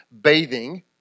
bathing